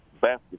basket